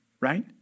right